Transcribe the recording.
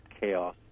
chaos